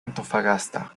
antofagasta